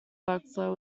workflow